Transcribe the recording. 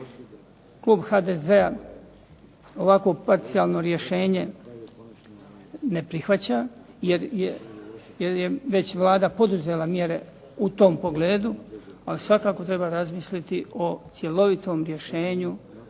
Klub HDZ-a ovako parcijalno rješenje ne prihvaća jer je već Vlada poduzela mjere u tom pogledu ali svakako treba razmisliti o cjelovitom rješenju